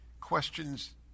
questions